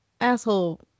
asshole